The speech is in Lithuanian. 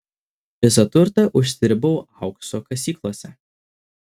visą turtą užsidirbau aukso kasyklose